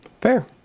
Fair